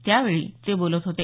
त्यावेळी ते बोलत होते